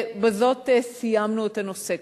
ובזאת סיימנו את הנושא.